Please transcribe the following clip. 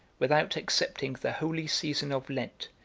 without excepting the holy season of lent,